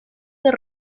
del